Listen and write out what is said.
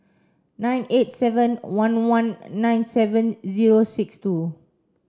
nine eight seven one one nine seven zero six two